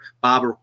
Bob